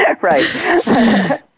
Right